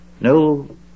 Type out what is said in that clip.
no